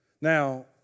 Now